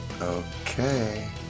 okay